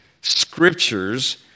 scriptures